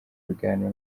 biganiro